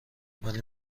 ولی